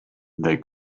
they